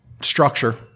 structure